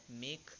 make